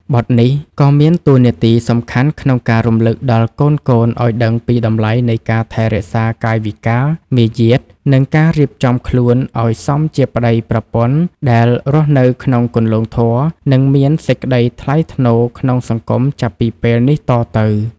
បទនេះក៏មានតួនាទីសំខាន់ក្នុងការរំលឹកដល់កូនៗឱ្យដឹងពីតម្លៃនៃការថែរក្សាកាយវិការ មារយាទ និងការរៀបចំខ្លួនឱ្យសមជាប្តីប្រពន្ធដែលរស់នៅក្នុងគន្លងធម៌ និងមានសេចក្តីថ្លៃថ្នូរក្នុងសង្គមចាប់ពីពេលនេះតទៅ។